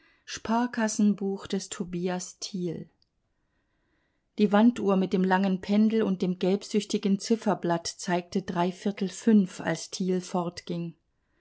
sparkassenbuch des tobias thiel die wanduhr mit dem langen pendel und dem gelbsüchtigen zifferblatt zeigte dreiviertel fünf als